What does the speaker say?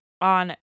on